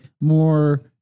more